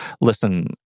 listen